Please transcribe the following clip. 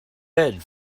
bed